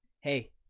hey